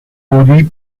produit